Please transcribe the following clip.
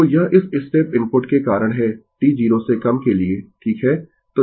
तो यह इस स्टेप इनपुट के कारण है t 0 से कम के लिए ठीक है